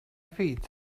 feet